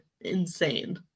insane